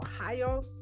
Ohio